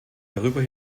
darüber